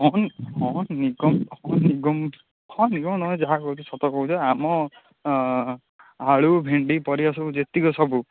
ହଁ ହଁ ନିଗମ ହଁ ନିଗମ ହଁ ନିଗମ ତୁମେ ଯାହା କହୁଛ ସତ କହୁଛ ଆମ ଆଳୁ ଭେଣ୍ଡି ପରିବା ସବୁ ଯେତିକି ସବୁ